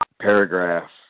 paragraph